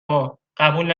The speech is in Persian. ما، قبول